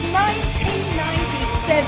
1997